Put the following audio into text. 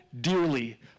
dearly